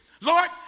Lord